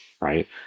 right